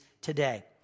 today